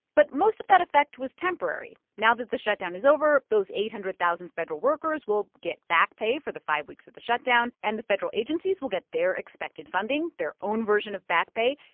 but most of that effect was temporary. now that the shutdown is over, those eight hundred thousand federal workers will get back pay for the five weeks of the shutdown, and the federal agencies will get their expected funding their own version of back pay.